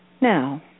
Now